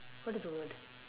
what is the word